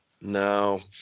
No